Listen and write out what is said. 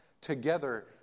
together